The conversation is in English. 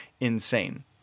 insane